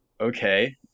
okay